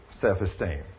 self-esteem